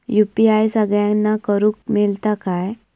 UPI सगळ्यांना करुक मेलता काय?